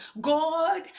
God